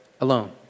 alone